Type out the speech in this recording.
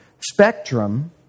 spectrum